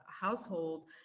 household